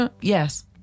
Yes